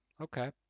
okay